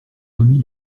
remis